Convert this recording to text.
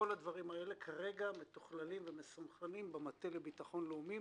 כל הדברים האלה כרגע מתוכללים ומסונכרנים במטה לביטחון לאומי,